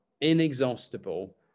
inexhaustible